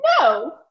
no